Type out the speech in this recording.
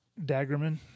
Daggerman